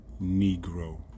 Negro